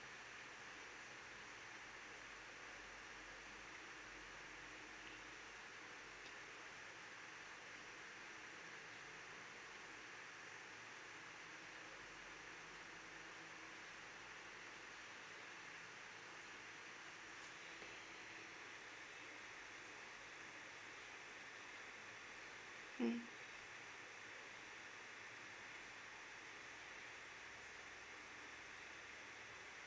mm